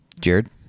Jared